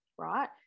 right